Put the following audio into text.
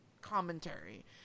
commentary